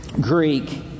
Greek